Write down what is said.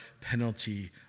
penalty